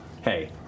Hey